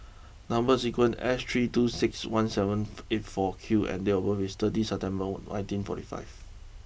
number sequence is S three two six one seven eight four Q and date of birth is thirty September nineteen forty five